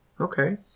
Okay